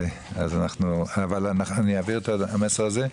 אבל אני אעביר את המסר הזה.